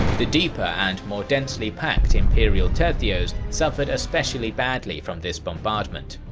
the deeper and more densely packed imperial tercios suffered especially badly from this bombardment.